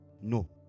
No